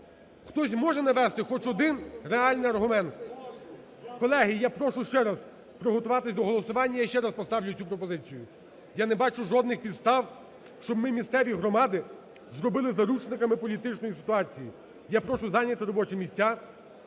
Хтось може навести хоч один реальний аргумент? Колеги, я прошу ще раз приготуватись до голосування, я ще раз поставлю цю пропозицію. Я не бачу жодних підстав, щоб ми місцеві громади зробили заручниками політичної ситуації. Я прошу зайняти робочі місця,